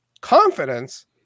confidence